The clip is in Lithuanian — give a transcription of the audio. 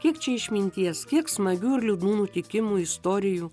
kiek čia išminties kiek smagių ir liūdnų nutikimų istorijų